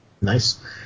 Nice